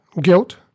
guilt